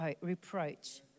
reproach